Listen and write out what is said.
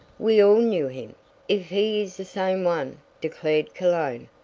we all knew him if he is the same one, declared cologne,